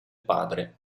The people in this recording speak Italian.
padre